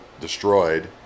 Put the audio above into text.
destroyed